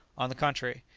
on the contrary,